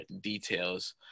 details